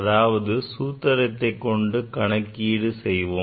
அடுத்து சூத்திரத்தைக் கொண்டு கணக்கிடு செய்வோம்